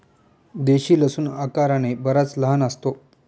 देशी लसूण आकाराने बराच लहान असतो